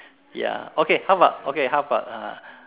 ya okay how about okay how about uh